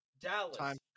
Dallas